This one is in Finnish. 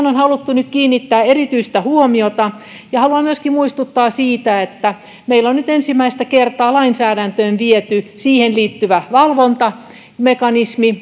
on haluttu nyt kiinnittää erityistä huomiota ja haluan myöskin muistuttaa siitä että meillä on nyt ensimmäistä kertaa lainsäädäntöön viety siihen liittyvä valvontamekanismi